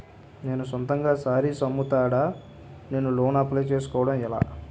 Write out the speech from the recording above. నేను సొంతంగా శారీస్ అమ్ముతాడ, నేను లోన్ అప్లయ్ చేసుకోవడం ఎలా?